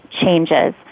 changes